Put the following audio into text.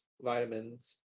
vitamins